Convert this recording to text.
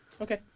Okay